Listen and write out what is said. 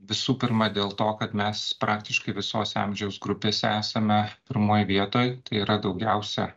visų pirma dėl to kad mes praktiškai visose amžiaus grupėse esame pirmoj vietoj tai yra daugiausia